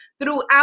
Throughout